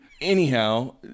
Anyhow